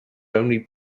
only